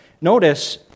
Notice